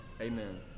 amen